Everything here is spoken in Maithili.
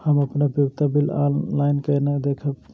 हम अपन उपयोगिता बिल ऑनलाइन केना देखब?